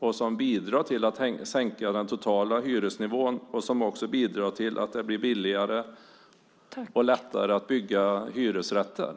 Detta bidrar till att sänka den totala hyresnivån, och det bidrar också till att det blir billigare och lättare att bygga hyresrätter.